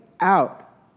out